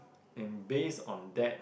and based on that